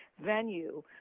venue